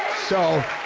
so,